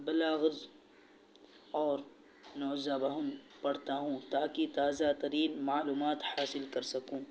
بلاغز اور نوزبان پڑھتا ہوں تاکہ تازہ ترین معلومات حاصل کر سکوں